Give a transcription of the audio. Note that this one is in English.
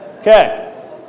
Okay